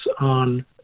on